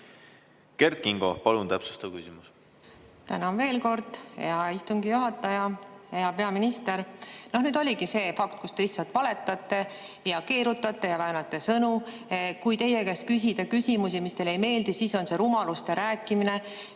Kert Kingo, palun, täpsustav küsimus!